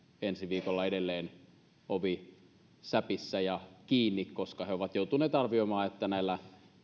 ensi viikolla edelleen säpissä ja kiinni koska he ovat joutuneet arvioimaan että näillä